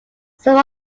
some